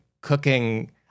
cooking